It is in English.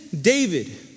David